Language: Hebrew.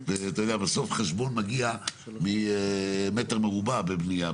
בסוף חשבון מגיע ממטר מרובע בבנייה,